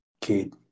kid